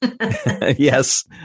Yes